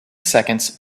seconds